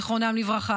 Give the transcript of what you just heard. זיכרונם לברכה.